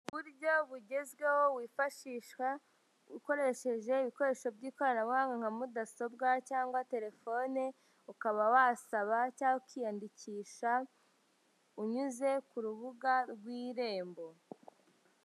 Uburyo bugezweho wifashishwa ukoresheje ibikoresho by'ikoranabuhanga nka mudasobwa cyangwa telefone, ukaba wasaba cyangwa ukiyandikisha, unyuze ku rubuga rw'irembo.